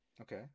Okay